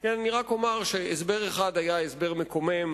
אני רק אומר שהסבר אחד היה הסבר מקומם,